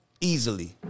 easily